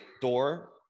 door